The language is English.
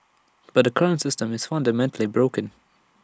but the current system is fundamentally broken